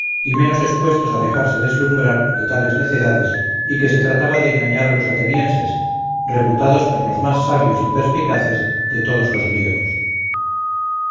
y menos expuestos a dejarse deslumbrar de tales necedades y que se trataba de engañar a los atenienses reputados por los más sabios y perspicaces de todos los griegos